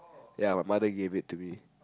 ya my mother gave it to me